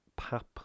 pap